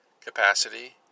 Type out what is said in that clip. capacity